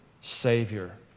Savior